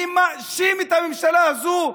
אני מאשים את הממשלה הזו,